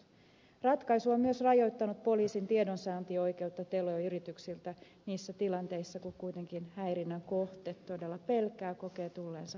ratkaisu on myös rajoittanut poliisin tiedonsaantioikeutta teleyrityksiltä niissä tilanteissa kun kuitenkin häirinnän kohde todella pelkää kokee tulleensa häirityksi